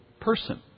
person